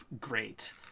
great